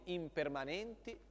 impermanenti